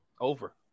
Over